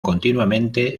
continuamente